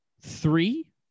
three